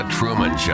Truman